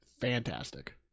Fantastic